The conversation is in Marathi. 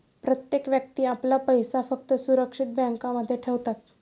प्रत्येक व्यक्ती आपला पैसा फक्त सुरक्षित बँकांमध्ये ठेवतात